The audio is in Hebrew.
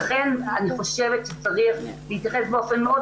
לכן אני חושבת שצריך להתייחס באופן מאוד